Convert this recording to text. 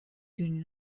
دونی